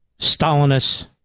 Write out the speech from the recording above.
Stalinist